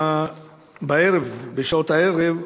בשעות הערב,